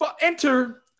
Enter